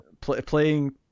Playing